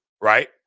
right